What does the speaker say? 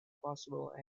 possible